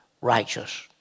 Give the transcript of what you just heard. righteous